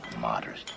moderate